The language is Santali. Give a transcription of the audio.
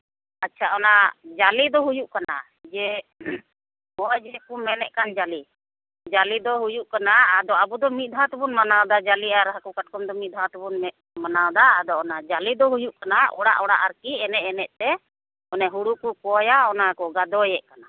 ᱟᱪᱪᱷᱟ ᱚᱱᱟ ᱡᱟᱞᱮ ᱫᱚ ᱦᱩᱭᱩᱜ ᱠᱟᱱᱟ ᱡᱮ ᱱᱚᱜᱼᱚᱭ ᱡᱮ ᱠᱚ ᱢᱮᱱᱮᱫ ᱠᱟᱱ ᱡᱟᱞᱮ ᱡᱟᱞᱮ ᱫᱚ ᱦᱩᱭᱩᱜ ᱠᱟᱱᱟ ᱟᱫᱚ ᱟᱵᱚ ᱫᱚ ᱢᱤᱫ ᱫᱷᱟᱣ ᱛᱮᱵᱚᱱ ᱢᱟᱱᱟᱣᱫᱟ ᱡᱟᱞᱮ ᱟᱨ ᱦᱟᱹᱠᱩ ᱠᱟᱴᱠᱚᱢ ᱫᱚ ᱢᱤᱫ ᱫᱷᱟᱣ ᱛᱮᱵᱚᱱ ᱢᱟᱱᱟᱣᱫᱟ ᱟᱫᱚ ᱚᱱᱟ ᱡᱟᱞᱮ ᱫᱚ ᱦᱩᱭᱩᱜ ᱠᱟᱱᱟ ᱚᱲᱟᱜᱼᱚᱲᱟᱜ ᱟᱨᱠᱤ ᱮᱱᱮᱡᱼᱮᱱᱮᱡ ᱛᱮ ᱚᱱᱮ ᱦᱩᱲᱩ ᱠᱚ ᱠᱚᱭᱟ ᱚᱱᱟ ᱠᱚ ᱜᱟᱫᱚᱭᱮᱜ ᱠᱟᱱᱟ